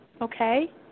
okay